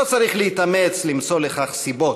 לא צריך להתאמץ למצוא לכך סיבות,